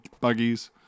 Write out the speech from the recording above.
buggies